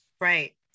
right